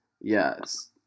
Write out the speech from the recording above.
yes